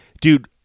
dude